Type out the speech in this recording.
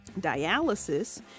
dialysis